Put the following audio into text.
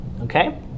Okay